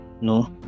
no